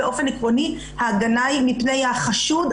באופן עקרוני ההגנה היא מפני החשוד,